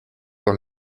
were